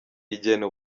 igena